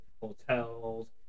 hotels